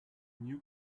new